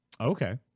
Okay